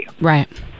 Right